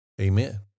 Amen